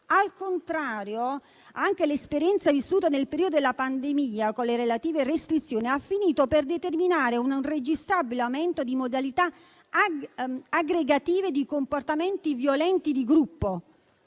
Al contrario, anche l'esperienza vissuta nel periodo della pandemia, con le relative restrizioni, ha finito per determinare un registrabile aumento di modalità aggregative di comportamenti violenti di gruppo.